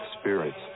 spirits